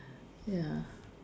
ya